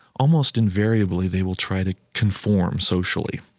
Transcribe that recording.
almost invariably they will try to conform socially.